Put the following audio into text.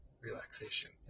relaxation